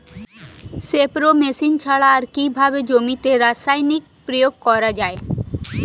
Spray machine ছাড়া আর কিভাবে জমিতে রাসায়নিক প্রয়োগ করা যায়?